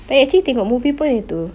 eh I actually tengok movie pun hari tu